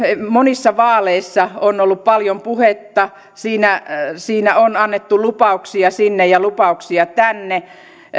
monissa vaaleissa on ollut paljon puhetta siinä siinä on annettu lupauksia sinne ja lupauksia tänne